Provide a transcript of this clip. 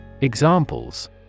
Examples